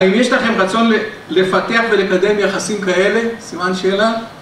האם יש לכם רצון לפתח ולקדם יחסים כאלה, סימן שאלה?